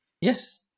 yes